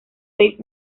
seis